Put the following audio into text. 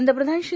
पंतप्रधान श्री